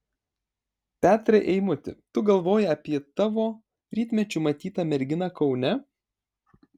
petrai eimuti tu galvoji apie tavo rytmečiu matytą merginą kaune